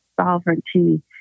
sovereignty